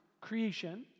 creation